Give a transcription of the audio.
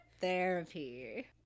therapy